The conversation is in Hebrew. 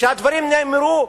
שהדברים נאמרו,